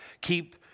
Keep